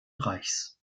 reichs